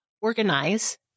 organize